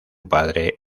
padre